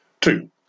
Two